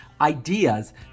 ideas